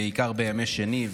בעיקר בימי שני,